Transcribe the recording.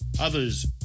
Others